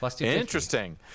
Interesting